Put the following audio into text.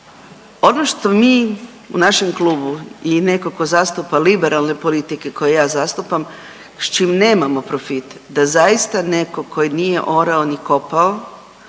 ono što mi u našem klubu i netko tko zastupa liberalne politike koje ja zastupam s čim nemamo profita da zaista netko koji nije orao ni kopao